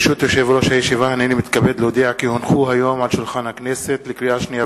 היושב-ראש, התבלבלתי, לרגע הייתי ציון פיניאן